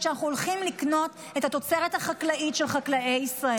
כשאנחנו הולכים לקנות את התוצרת החקלאית של חקלאי ישראל.